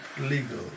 legal